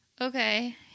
Okay